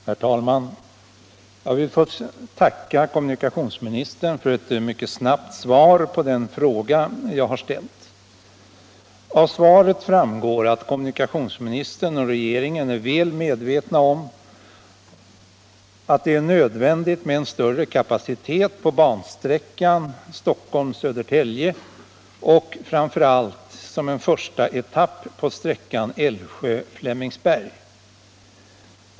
Herr talman! Jag vill först tacka kommunikationsministern för ett mycket snabbt svar på den fråga som jag ställt. Av svaret framgår att kommunikationsministern och regeringen är väl medvetna om att det är nödvändigt med en större kapacitet på bansträckan Stockholm-Södertälje och framför allt som en första etapp på sträckan Älvsjö-Flemingsberg.